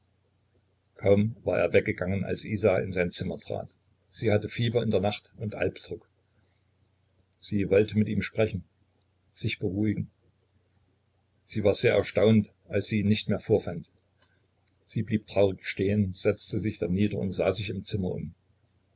kaum war er weggegangen als isa in sein zimmer trat sie hatte fieber in der nacht und alpdruck sie wollte mit ihm sprechen sich beruhigen sie war sehr erstaunt als sie ihn nicht mehr vorfand sie blieb traurig stehen setzte sich dann nieder und sah sich im zimmer um